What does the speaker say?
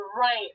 Right